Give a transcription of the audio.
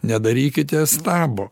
nedarykite stabo